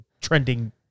trending